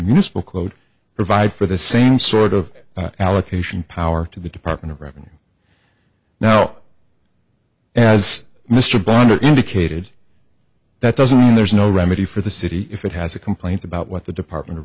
municipal code provides for the same sort of allocation power to the department of revenue now as mr bond or indicated that doesn't mean there's no remedy for the city if it has a complaint about what the department of